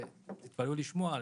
ותתפלאו לשמוע,